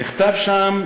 נכתב שם: